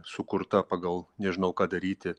sukurta pagal nežinau ką daryti